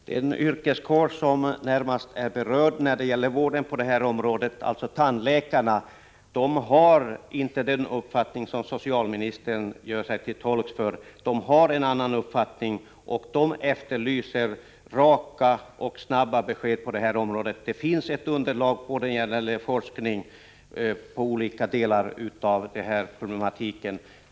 Prot. 1985/86:13 Herr talman! Den yrkeskår som närmast är berörd när det gäller vården på 17 oktober 1985 detta område, alltså tandläkarna, har inte samma uppfattning som socialmi nistern. De har en annan uppfattning och de efterlyser raka och snabba Om realisationsvinse besked på detta område. Det finns ett underlag när det gäller forskning om beskattningen vidfé SE olika delar av problematiken.